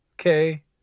Okay